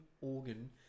organ